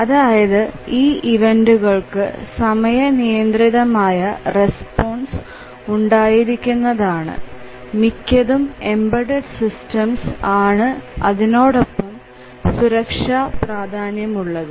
അതായത് ഈ ഇവെന്റുകൾക്കു സമയ നിയന്ത്രിതമായ റസ്പോൺസ് ഉണ്ടായിരിക്കുന്നതാണ് മിക്കതും എംബഡഡ് സിസ്റ്റംസ് ആണ് അതിനോടൊപ്പം സുരക്ഷാ പ്രാധാന്യമുള്ളത്